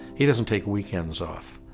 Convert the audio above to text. he doesn't take weekends off.